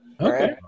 Okay